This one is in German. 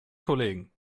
kollegen